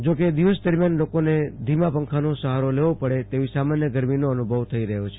જો કે દિવસ દરમ્યાન લોકોને ધીમા પંખાનો સહારો લેવો પડે તવી સામાન્ય ગરમીનો અનુભવ થઈ રહયો છે